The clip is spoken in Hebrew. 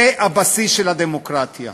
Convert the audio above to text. זה הבסיס של הדמוקרטיה.